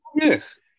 Yes